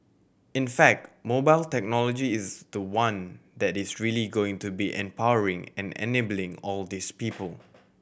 in fact mobile technology is the one that is really going to be empowering and enabling all these people